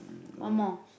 one more